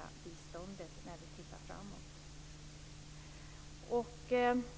att vi successivt kan höja biståndet.